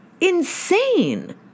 insane